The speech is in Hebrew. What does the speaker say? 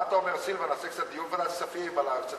מה אתה אומר, סילבן, נעשה דיון בוועדת הכספים קצת